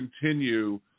continue